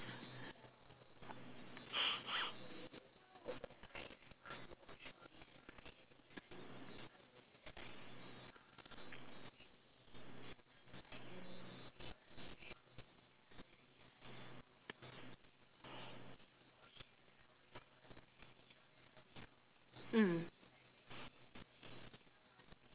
mm